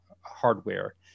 hardware